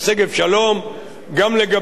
גם לגבי זיאדנה,